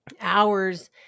hours